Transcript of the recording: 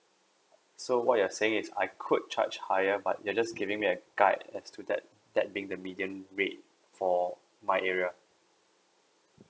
so what you are saying is I could charge higher but you are just giving a guide as to that that being the median rate for my area